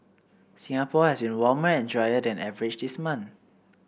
Singapore has been warmer and drier than average this month